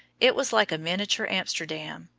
it was like a miniature amsterdam,